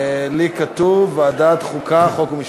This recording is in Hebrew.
לי כתוב ועדת החוקה, חוק ומשפט.